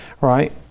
right